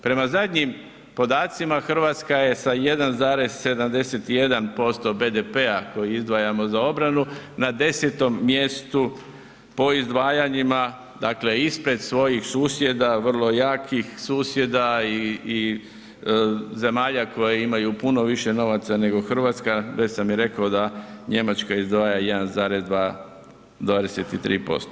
Prema zadnjim podacima, Hrvatska je sa 1,71% BDP-a koji izdvajamo za obranu na 10. mjestu po izdvajanjima, dakle ispred svojih susjeda, vrlo jakih susjeda i zemalja koje imaju puno više novaca nego Hrvatska, već sam i rekao da Njemačka izdvaja 1,23%